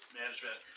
management